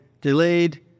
delayed